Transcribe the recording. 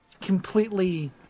completely